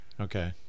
okay